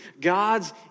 God's